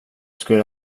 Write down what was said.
skulle